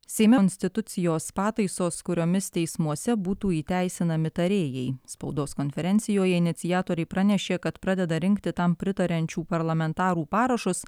seime konstitucijos pataisos kuriomis teismuose būtų įteisinami tarėjai spaudos konferencijoje iniciatoriai pranešė kad pradeda rinkti tam pritariančių parlamentarų parašus